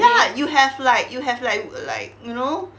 ya you have like you have like like you know